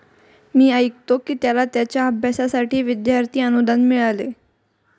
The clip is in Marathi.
मी ऐकतो की त्याला त्याच्या अभ्यासासाठी विद्यार्थी अनुदान मिळाले